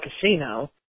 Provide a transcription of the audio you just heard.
casino